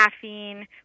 caffeine